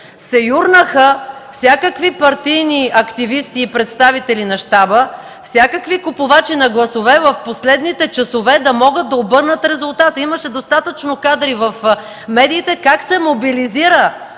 се юрнаха всякакви партийни активисти и представители на щаба, всякакви купувачи на гласове в последните часове да могат да обърнат резултата. Имаше достатъчно кадри в медиите как се мобилизира